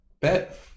Bet